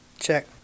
check